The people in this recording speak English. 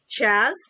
Chaz